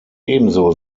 ebenso